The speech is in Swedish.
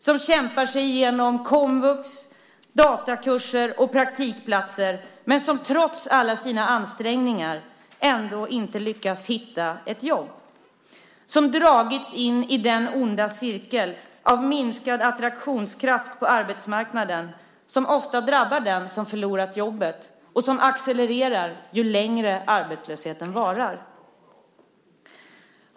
De kämpar sig igenom komvux, datakurser och praktikplatser men lyckas trots alla sina ansträngningar inte hitta ett jobb. De har dragits in i den onda cirkel av minskad attraktionskraft på arbetsmarknaden som ofta drabbar den som förlorat jobbet och som accelererar ju längre arbetslösheten varar.